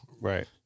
right